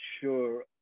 sure